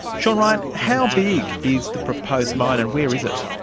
sean ryan, how big is the proposed mine and where is it?